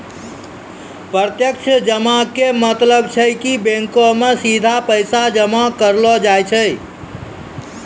प्रत्यक्ष जमा के मतलब छै कि बैंको मे सीधा पैसा जमा करलो जाय छै